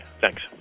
Thanks